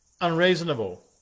unreasonable